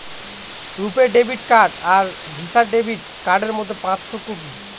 রূপে debit card আর Visa debit কার্ডের মধ্যে পার্থক্য কি?